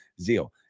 zeal